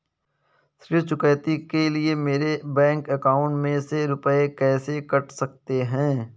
ऋण चुकौती के लिए मेरे बैंक अकाउंट में से रुपए कैसे कट सकते हैं?